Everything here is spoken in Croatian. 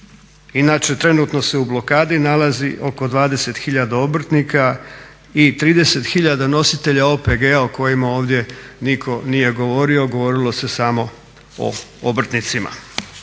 Inače, trenutno se u blokadi nalazi oko 20 tisuća obrtnika i 30 tisuća nositelja OPG-a o kojima ovdje nitko nije govorio, govorilo se samo o obrtnicima.